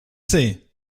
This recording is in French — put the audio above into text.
sais